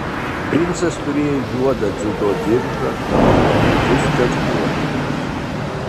princas turėjo juodą dziudo diržą buvo puikus fechtuotojas